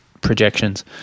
projections